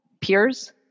peers